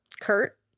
Kurt